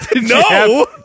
No